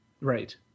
Right